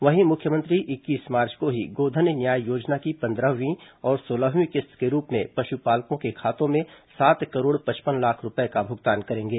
वहीं मुख्यमंत्री इक्कीस मार्च को ही गोधन न्याय योजना की पंद्रहवीं और सोलहवीं किश्त के रूप में पशुपालकों के खातों में सात करोड़ पचपन लाख रूपए का भुगतान करेंगे